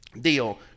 deal